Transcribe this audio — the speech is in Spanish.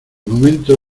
momento